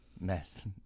mess